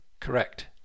Correct